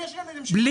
לי יש ילד עם שיתוק